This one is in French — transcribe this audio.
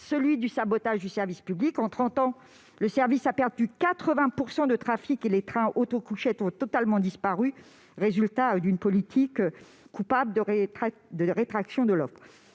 celui du sabotage du service public : en trente ans, le service a perdu 80 % de trafic et les trains auto-couchettes ont totalement disparu, résultat d'une politique coupable de rétraction de l'offre.